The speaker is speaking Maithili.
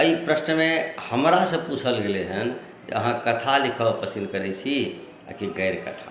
एहि प्रश्नमे हमरासँ पूछल गेलै हेँ जे अहाँ कथा लिखब पसिन्न करैत छी आ कि गारि कथा